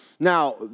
Now